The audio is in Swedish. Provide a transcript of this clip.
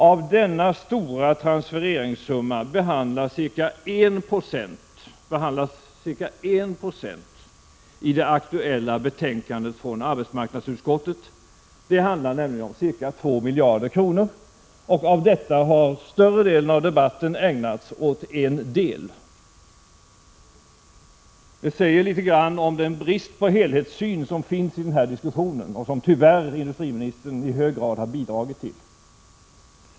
Av denna stora transfereringssumma behandlas ca 1 96 i det aktuella betänkandet från arbetsmarknadsutskottet. Det handlar nämligen om ca 2 miljarder kronor. Större delen av debatten har ägnats åt en del av detta belopp. Det säger litet grand om den brist på helhetssyn som finns i den här diskussionen och som industriministern tyvärr i hög grad har bidragit till.